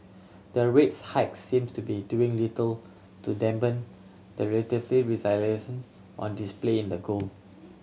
their rates hikes seem to be doing little to dampen the relatively resilience on display in the gold